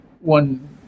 one